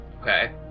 Okay